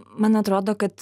man atrodo kad